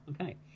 Okay